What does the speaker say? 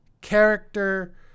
character